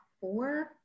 four